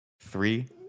three